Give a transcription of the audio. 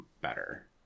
better